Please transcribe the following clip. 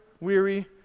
weary